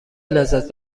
لذت